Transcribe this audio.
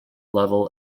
level